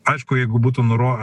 aišku jeigu būtų nuro